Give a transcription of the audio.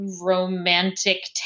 romantic